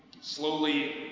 slowly